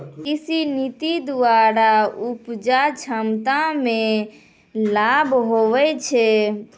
कृषि नीति द्वरा उपजा क्षमता मे लाभ हुवै छै